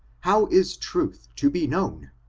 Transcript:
how is truth to be known?